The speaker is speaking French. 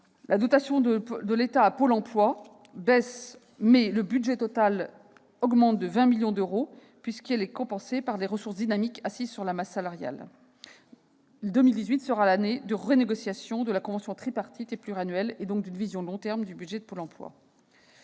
La dotation de l'État à Pôle emploi évolue à la baisse, même si le budget total augmente de 20 millions d'euros, mais elle sera compensée par ses ressources dynamiques assises sur la masse salariale. L'année 2018 sera celle de la renégociation de la convention tripartite et pluriannuelle, et donc d'une vision de long terme du budget de Pôle emploi.